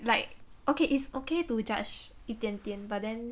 like okay it's okay to judge 一点点 but then